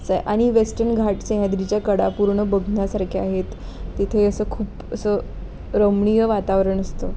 स आणि Western Ghats सह्याद्रीच्या कडा पूर्ण बघण्यासारखे आहेत तिथे असं खूप असं रमणीय वातावरण असतं